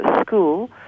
School